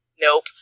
nope